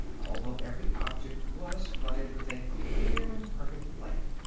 although every object was flooded with a clear and perfect light.